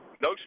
No